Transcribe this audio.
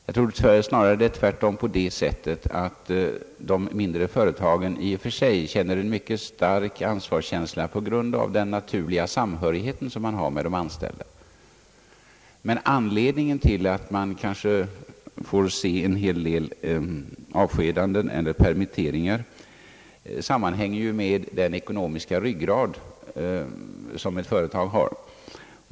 Jag tror snarare att det är på det sättet att de mindre företagen i och för sig känner en mycket stark ansvarskänsla på grund av den naturliga samhörighet som de har med de anställda. Avgörande för att man kanske får se en hel del avskedanden eller permitteringar är den ekonomiska ryggrad som ett företag har.